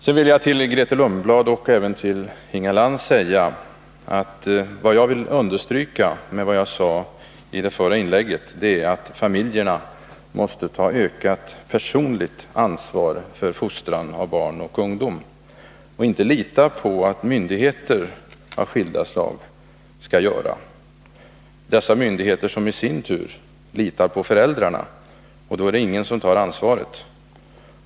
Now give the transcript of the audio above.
Sedan vill jag till Grethe Lundblad, och även till Inga Lantz, säga att vad jag vill understryka med vad jag sade i mitt förra inlägg är att familjerna måste ta ökat personligt ansvar för fostran av barn och ungdom och inte lita på att myndigheter av skilda slag skall ta ansvaret; dessa myndigheter som i sin tur litar på föräldrarna — då är det ingen som tar ansvar.